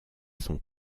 son